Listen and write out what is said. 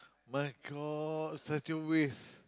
my-God it's such a waste